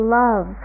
love